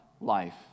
life